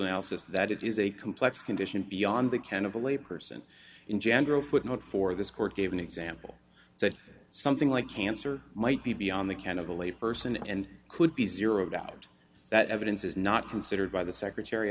analysis that it is a complex condition beyond the ken of a lay person in general footnote for this court gave an example that something like cancer might be beyond the ken of a lay person and could be zeroed out that evidence is not considered by the secretary